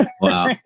Wow